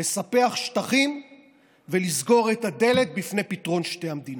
לספח שטחים ולסגור את הדלת בפני פתרון שתי המדינות.